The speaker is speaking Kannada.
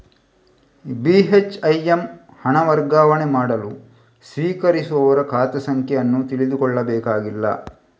ಬಿ.ಹೆಚ್.ಐ.ಎಮ್ ಹಣ ವರ್ಗಾವಣೆ ಮಾಡಲು ಸ್ವೀಕರಿಸುವವರ ಖಾತೆ ಸಂಖ್ಯೆ ಅನ್ನು ತಿಳಿದುಕೊಳ್ಳಬೇಕಾಗಿಲ್ಲ